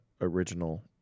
original